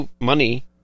money